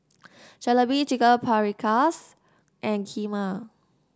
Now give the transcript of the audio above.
Jalebi Chicken Paprikas and Kheema